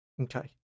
Okay